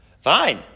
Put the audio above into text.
Fine